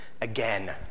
again